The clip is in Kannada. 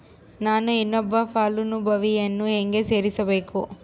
ನಾನು ಇನ್ನೊಬ್ಬ ಫಲಾನುಭವಿಯನ್ನು ಹೆಂಗ ಸೇರಿಸಬೇಕು?